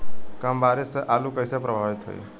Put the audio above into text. कम बारिस से आलू कइसे प्रभावित होयी?